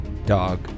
dog